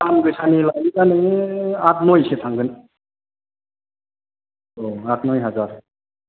दाम गोसानि लायोबा नोङो आट न'यसो थांगोन औ आट नय हाजार